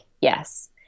yes